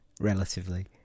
relatively